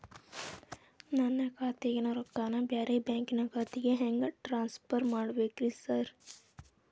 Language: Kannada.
ನನ್ನ ಖಾತ್ಯಾಗಿನ ರೊಕ್ಕಾನ ಬ್ಯಾರೆ ಬ್ಯಾಂಕಿನ ಖಾತೆಗೆ ಹೆಂಗ್ ಟ್ರಾನ್ಸ್ ಪರ್ ಮಾಡ್ಬೇಕ್ರಿ ಸಾರ್?